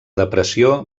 depressió